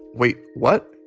wait, what?